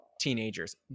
teenagers